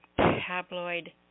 tabloid